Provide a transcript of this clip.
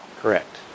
Correct